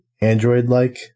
Android-like